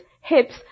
hips